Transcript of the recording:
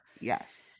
Yes